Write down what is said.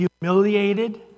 humiliated